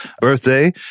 birthday